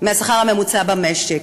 מהשכר הממוצע במשק.